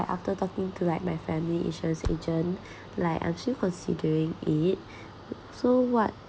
after talking to like my family insurance agent like actually considering it so what